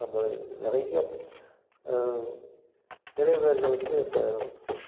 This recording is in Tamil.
நம்ம நிறையா நிறைய பேர்களுக்கு அந்த